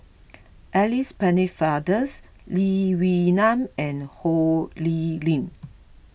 Alice Pennefathers Lee Wee Nam and Ho Lee Ling